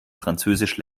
französisch